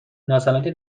ناسلامتی